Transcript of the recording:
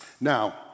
Now